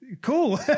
cool